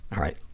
all right,